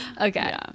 Okay